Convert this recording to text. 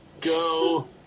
Go